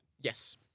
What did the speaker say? yes